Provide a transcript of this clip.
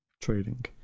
trading